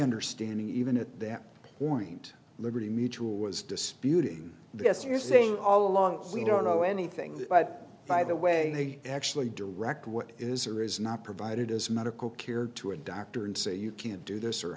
understanding even at that point liberty mutual was disputing this you're saying all along we don't know anything but by the way they actually direct what is or is not provided as medical care to a doctor and say you can't do this or